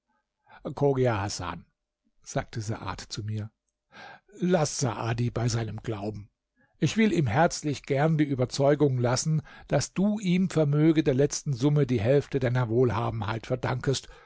hasan sagte saad zu mir laß saadi bei seinem glauben ich will ihm herzlich gern die überzeugung lassen daß du ihm vermöge der letzten summe die hälfte deiner wohlhabenheit verdankest